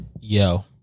Yo